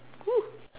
!woo!